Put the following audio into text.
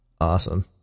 Awesome